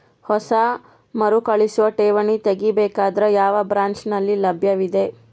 ಹೊಸ ಮರುಕಳಿಸುವ ಠೇವಣಿ ತೇಗಿ ಬೇಕಾದರ ಯಾವ ಬ್ರಾಂಚ್ ನಲ್ಲಿ ಲಭ್ಯವಿದೆ?